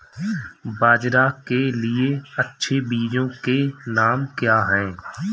बाजरा के लिए अच्छे बीजों के नाम क्या हैं?